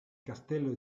castello